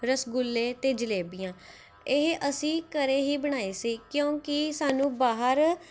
ਰੱਸਗੁੱਲੇ ਤੇ ਜਲੇਬੀਆਂ ਇਹ ਅਸੀਂ ਘਰ ਹੀ ਬਣਾਏ ਸੀ ਕਿਉਂਕਿ ਸਾਨੂੰ ਬਾਹਰ